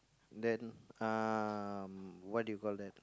then um what do you call that